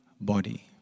body